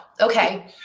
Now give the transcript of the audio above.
Okay